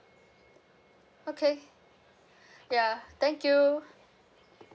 okay ya thank you